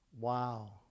Wow